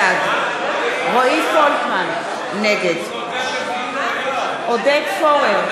בעד רועי פולקמן, נגד עודד פורר,